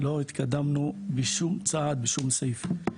לא התקדמנו בשום צעד ובשום סעיף.